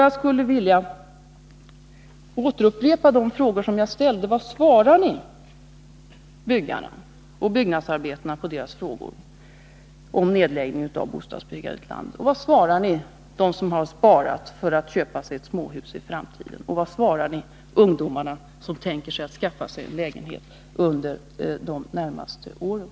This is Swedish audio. Jag skulle vilja upprepa de frågor som jag tidigare ställde: Vad svarar ni byggarna och byggnadsarbetarna på deras frågor om nedläggning av bostadsbyggandet i landet? Vad svarar ni dem som har sparat för att kunna köpa sig småhus i framtiden? Och vad svarar ni ungdomarna som tänker skaffa sig lägenhet under de närmaste åren?